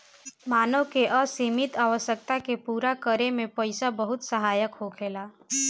मानव के असीमित आवश्यकता के पूरा करे में पईसा बहुत सहायक होखेला